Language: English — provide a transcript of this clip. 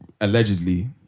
allegedly